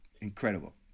Incredible